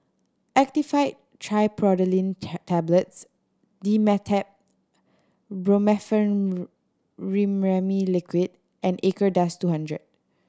Actifed Triprolidine Tablets Dimetapp Brompheniramine Liquid and Acardust two hundred